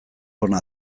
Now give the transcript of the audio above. ona